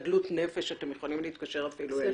לא איזו גדלות נפש של אתם יכולים להתקשר אלי.